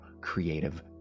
Creative